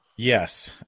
Yes